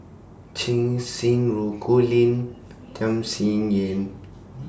Cheng Xinru Colin Tham Sien Yen